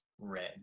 red